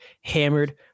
hammered